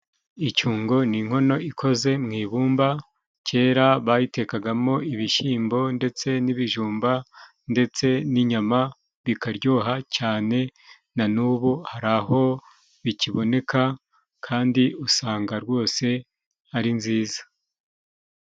Icyungo ni inkono ikoze mu ibumba, kera bayitekagamo ibishimbo ndetse n'ibijumba ndetse n'inyama bikaryoha cyane, na n'ubu hari aho bikiboneka kandi usanga rwose ari nziza.